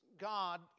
God